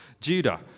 Judah